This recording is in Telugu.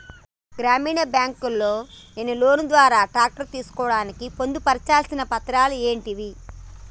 గ్రామీణ బ్యాంక్ లో నేను లోన్ ద్వారా ట్రాక్టర్ తీసుకోవడానికి పొందు పర్చాల్సిన పత్రాలు ఏంటివి?